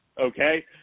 Okay